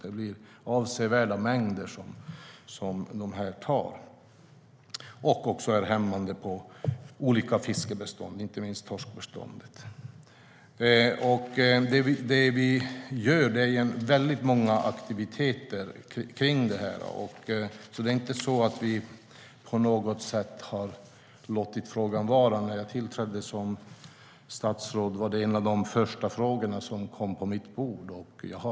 Det blir avsevärda mängder som de tar, och det är hämmande på olika fiskbestånd, inte minst torskbeståndet. Vi gör väldigt många aktiviteter kring detta. Det är inte så att vi på något sätt har låtit frågan vara. När jag tillträdde som statsråd var det en av de första frågorna som kom på mitt bord.